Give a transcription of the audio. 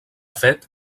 fet